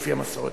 לפי המסורת.